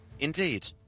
Indeed